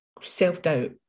self-doubt